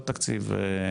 לא תקציב.